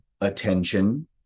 attention